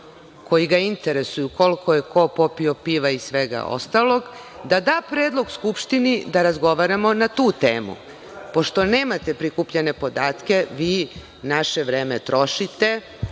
koji ga interesuju, koliko je ko popio piva i svega ostalog, da da predlog Skupštini da razgovaramo na tu temu. Pošto nemate prikupljene podatke, vi naše vreme trošite.